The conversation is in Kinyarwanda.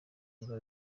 biba